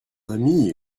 ami